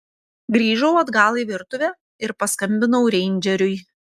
grįžau atgal į virtuvę ir paskambinau reindžeriui